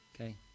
Okay